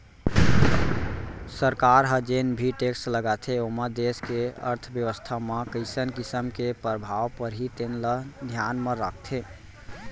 सरकार ह जेन भी टेक्स लगाथे ओमा देस के अर्थबेवस्था म कइसन किसम के परभाव परही तेन ल धियान म राखथे